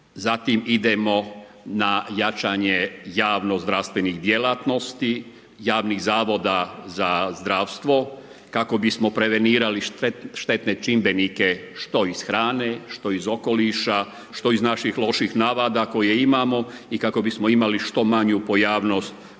zatim idemo na jačanje javnozdravstvenih djelatnosti, javnih zavoda za zdravstvo kako bismo prevenirali štetne čimbenike što iz hrane, što iz okoliša, što iz naših loših navada koje imamo i kako bismo imali što manju pojavnost